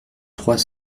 trois